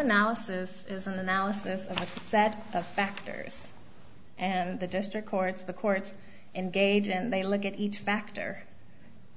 analysis is an analysis of a set of factors and the district courts the courts and gage and they look at each factor